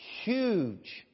huge